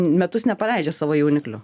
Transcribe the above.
metus nepaleidžia savo jauniklių